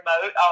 remote